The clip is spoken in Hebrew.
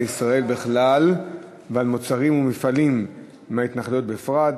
ישראל בכלל ועל מוצרים ומפעלים מההתנחלויות בפרט,